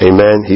Amen